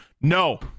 no